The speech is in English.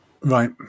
right